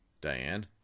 Diane